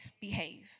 behave